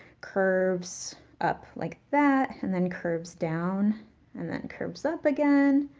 curves up like that, and then curves down and then curves up again.